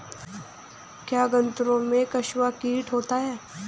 क्या गन्नों में कंसुआ कीट होता है?